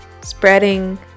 spreading